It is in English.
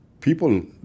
People